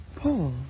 Paul